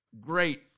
Great